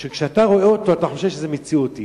שכשאתה רואה אותו אתה חושב שזה מציאותי.